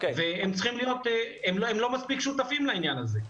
הם לא מספיק שותפים לעניין הזה.